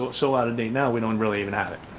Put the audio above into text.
so out of date, now we don't really even have it.